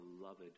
beloved